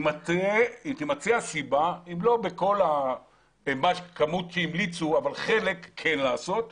תימצא הסיבה אם לא בכל הכמות המליצו כן לעשות חלק.